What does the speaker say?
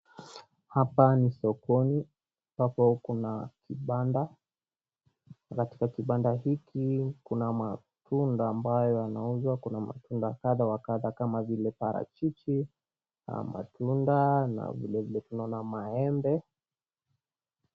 Hapa ni sokoni, ambapo huku na kibanda. Katika kibanda hiki kuna matunda ambayo yanauzwa, kuna matunda kadha wa kadha kama vile parachichi, haya matunda kama vile vile tunaona maembe.